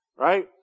right